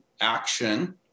action